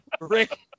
Rick